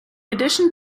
addition